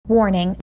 Warning